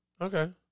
Okay